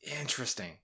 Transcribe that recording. interesting